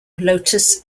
lotus